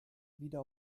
wieder